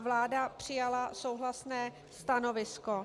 Vláda přijala souhlasné stanovisko.